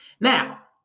Now